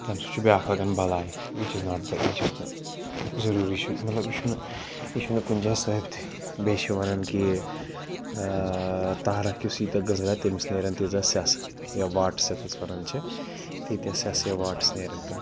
تَمہِ سۭتۍ چھُ بیاکھ لَگان بَلاے وِچ اِز ناٹ دَ ضوٚروٗری چھُ مطلب یہِ چھُنہٕ یہِ چھُنہٕ کُنہِ جایہِ ثٲبتہٕ بیٚیہِ چھِ وَنان کہِ تارَک یُس ییٖتیٛاہ گٔنٛرایہِ تٔمِس نیران تیٖژاہ سیٚسہٕ یا واٹٕس یَتھ أسۍ وَنان چھِ تیٖتیاہ سیٚسہٕ یا واٹٕس نیران تِم